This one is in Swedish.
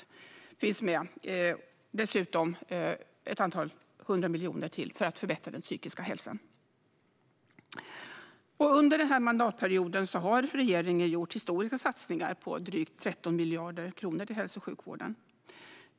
Dessutom satsas det ytterligare ett par hundra miljoner för att förbättra den psykiska hälsan. Under den här mandatperioden har regeringen gjort historiska satsningar på drygt 13 miljarder kronor till hälso och sjukvården.